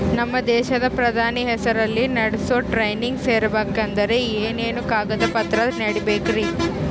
ನಮ್ಮ ದೇಶದ ಪ್ರಧಾನಿ ಹೆಸರಲ್ಲಿ ನಡೆಸೋ ಟ್ರೈನಿಂಗ್ ಸೇರಬೇಕಂದರೆ ಏನೇನು ಕಾಗದ ಪತ್ರ ನೇಡಬೇಕ್ರಿ?